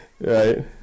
right